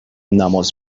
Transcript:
نماز